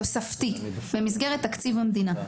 תוספתי במסגרת תקציב המדינה.